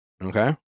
okay